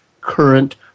current